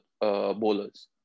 bowlers